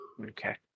okay